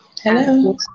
Hello